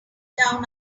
down